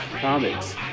Comics